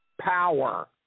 power